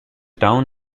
town